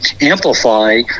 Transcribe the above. amplify